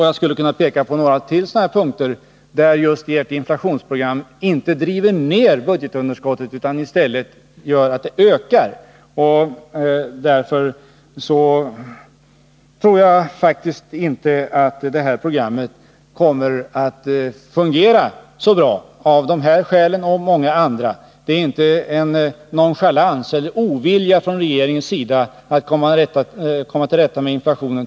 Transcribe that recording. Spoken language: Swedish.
Jag skulle kunna peka på ytterligare punkter där socialdemokraternas inflationsprogram inte driver ner budgetunderskottet utan i stället gör att det ökar. Av dessa skäl och många andra tror jag därför inte att detta program kommer att fungera så bra. Det finns alltså ingen nonchalans eller ovilja från regeringens sida när det gäller att komma till rätta med inflationen.